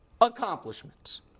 accomplishments